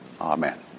amen